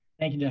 thank you, yeah